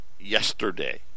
yesterday